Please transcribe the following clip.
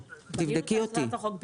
ותבדוק.